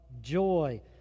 joy